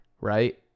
right